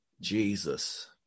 Jesus